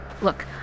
Look